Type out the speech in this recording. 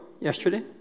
Yesterday